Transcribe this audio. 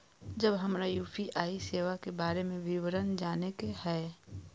जब हमरा यू.पी.आई सेवा के बारे में विवरण जाने के हाय?